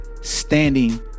standing